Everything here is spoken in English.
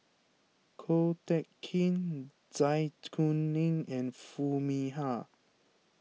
Ko Teck Kin Zai Kuning and Foo Mee Har